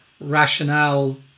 rationale